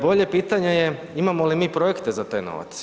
Bolje pitanje je imamo li mi projekte za taj novac.